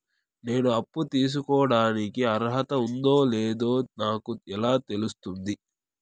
నేను అప్పు తీసుకోడానికి అర్హత ఉందో లేదో నాకు ఎలా తెలుస్తుంది?